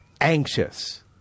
anxious